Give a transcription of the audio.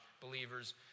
believers